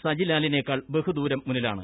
സജിലാലി നെക്കാൾ ബഹുദൂരം മുന്നിലാണ്